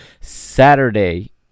Saturday